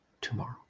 tomorrow